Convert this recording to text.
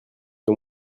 que